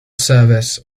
service